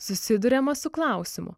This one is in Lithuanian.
susiduriama su klausimu